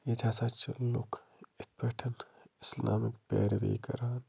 ییٚتہِ ہسا چھِ لُکھ اِتھ پٲٹھۍ اِسلامٕکۍ پیروی کران